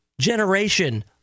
generation